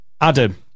Adam